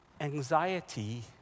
Anxiety